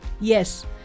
Yes